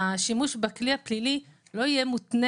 השימוש בכלי הפלילי לא יהיה מותנה